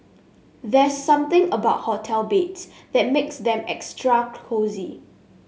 there's something about hotel beds that makes them extra cosy